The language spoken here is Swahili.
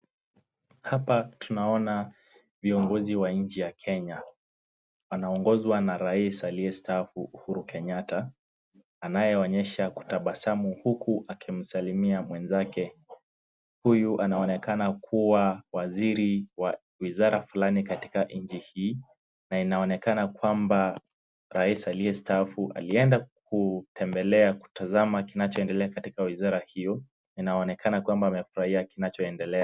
Hapa tunaona viongozi wa inchi ya Kenya. Wanaoongozwa na raisi aliyestaafu Uhuru Kenyatta. Anayeonyesha kutabasamu huku akimsalimia mwenzake, huyu anaonekana kuwa waziri wa wizara fulani katika inchi hii na inaonekana kwamba raisi aliyestaafu alienda kutembelea kutazama kinachoendelea katika wizara hio na inaonekana kwamba amefurahia kinachoendelea.